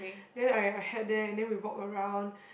then I had that and then we walk around